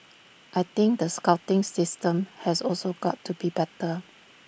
I think the scouting system has also got to be better